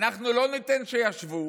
אנחנו לא ניתן שישוו.